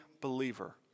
believer